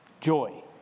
joy